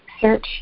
search